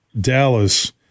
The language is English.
Dallas